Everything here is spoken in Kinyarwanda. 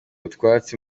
utwatsi